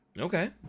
Okay